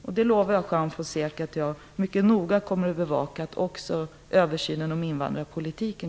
Jag lovar, Juan Fonseca, att jag mycket noga kommer att bevaka att detta kommer att ses över inom översynen av invandrarpolitiken.